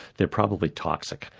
they're probably toxic.